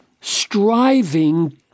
striving